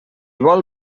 vol